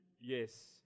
Yes